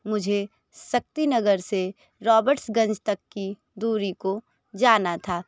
मुझे शक्ति नगर से रॉबर्टस्गंज तक की दूरी को जाना था